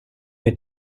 wir